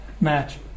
match